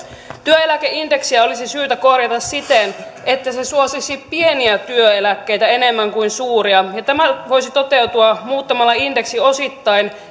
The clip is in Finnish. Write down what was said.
työeläkeindeksiä olisi syytä korjata siten että se suosisi pieniä työeläkkeitä enemmän kuin suuria ja tämä voisi toteutua muuttamalla indeksi osittain